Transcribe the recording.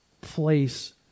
place